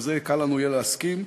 שעל זה יהיה לנו קל להסכים,